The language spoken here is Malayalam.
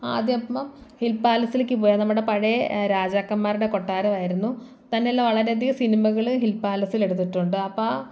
ആദ്യം അപ്പം ഹിൽപാലസിലേക്ക് പോയി നമ്മുടെ പഴയ രാജാക്കന്മാരുടെ കൊട്ടാരമായിരുന്നു തന്നെയല്ല വളരെയധികം സിനിമകൾ ഹിൽപാലസിൽ എടുത്തിട്ടുണ്ട് അപ്പം